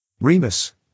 Remus